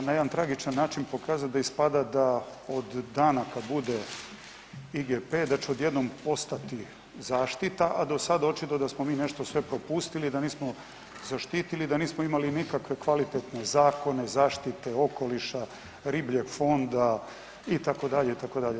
A na jedan tragičan način prokazati da ispada da od dana kad bude IGP da će odjednom postati zaštita, a da sada, očito da smo mi nešto sve propustili, da nismo zaštitili, da nismo imali nikakve kvalitetne zakone, zaštite okoliša, ribljeg fonda, itd., itd.